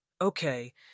okay